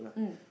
mm